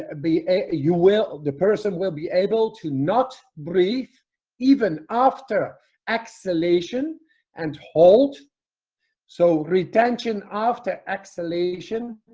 ah be you will the person will be able to not breathe even after exhalation and halt so retention after exhalation